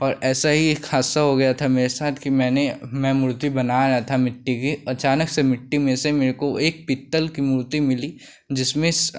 और ऐसा ही एक हादसा हो गया था मेरे साथ कि मैंने मैं मूर्ति बना रहा था मिट्टी की अचानक से मिट्टी में से मेरे को पीतल की एक मूर्ति मिली जिसमें श